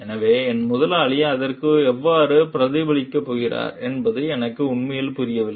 எனவே என் முதலாளி அதற்கு எவ்வாறு பிரதிபலிக்கப் போகிறார் என்பது எனக்கு உண்மையில் புரியவில்லை